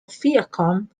viacom